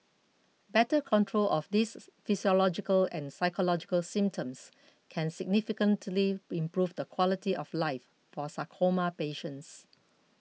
better control of these physiological and psychological symptoms can significantly improve the quality of life for sarcoma patients